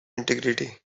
integrity